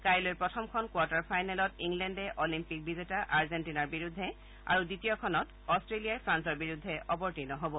কাইলৈ প্ৰথমখন কোৱাৰ্টাৰ ফাইনেলত ইংলেণ্ডে অলিম্পিক বিজেতা আৰ্জেণ্টিনাৰ বিৰুদ্ধে আৰু দ্বিতীয়খনত অট্টেলিয়াই ফ্ৰান্সৰ বিৰুদ্ধে অৱতীৰ্ণ হ'ব